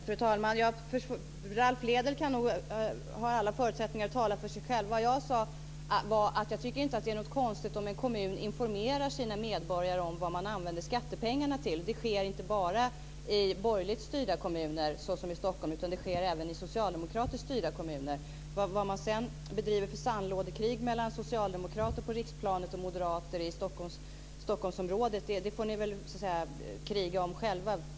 Fru talman! Ralph Lédel har alla förutsättningar att tala för sig själv. Vad jag sade var att jag inte tycker att det är konstigt att en kommun informerar sina medborgare om vad man använder skattepengarna till. Det sker inte bara i borgerligt styrda kommuner som Stockholm, utan det sker även i socialdemokratiskt styrda kommuner. Vad man sedan bedriver för sandlådekrig mellan socialdemokrater på riksplanet och moderater i Stockholmsområdet för ni kriga om själva.